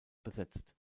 besetzt